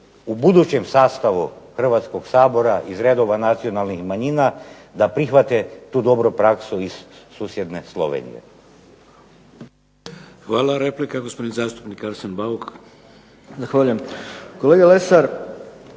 u budućem sastavu Hrvatskog sabora iz redova nacionalnih manjina da prihvate tu dobru praksu iz susjedne Slovenije. **Šeks, Vladimir (HDZ)** Hvala. Replika, gospodin zastupnik Arsen Bauk. **Bauk, Arsen